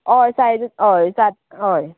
हय सायज हय सारकी हय